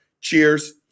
cheers